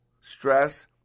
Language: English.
Stress